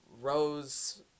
Rose